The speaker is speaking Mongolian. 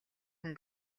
хүн